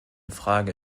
frage